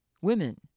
Women